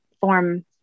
form